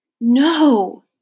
No